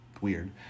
Weird